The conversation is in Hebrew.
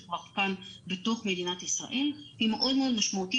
כבר כאן בתוך מדינת ישראל והיא מאוד מאוד משמעותית